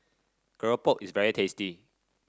keropok is very tasty